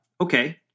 Okay